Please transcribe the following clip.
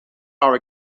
are